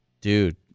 dude